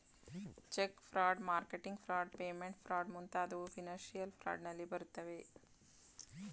check fraud, marketing fraud, payment fraud ಮುಂತಾದವು financial fraud ನಲ್ಲಿ ಬರುತ್ತವೆ